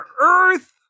earth